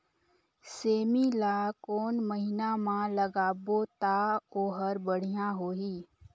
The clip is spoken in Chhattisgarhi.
सेमी ला कोन महीना मा लगाबो ता ओहार बढ़िया होही?